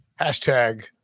Hashtag